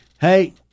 hey